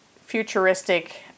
futuristic